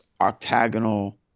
octagonal